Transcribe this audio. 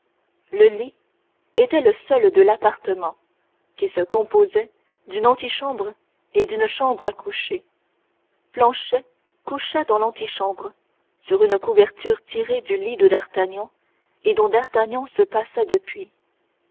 le lit était le seul de l'appartement qui se composait d'une antichambre et d'une chambre à coucher planchet coucha dans l'antichambre sur une couverture tirée du lit de d'artagnan et dont d'artagnan se passa depuis